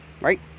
Right